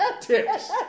tips